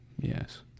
Yes